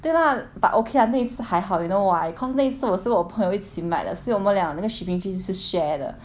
对 lah but okay lah 那次还好 you know why cause 那次我是跟我朋友一起买的所以我们两那个 shipping fee 是 share 的